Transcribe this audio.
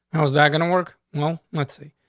how is that gonna work? well, let's see.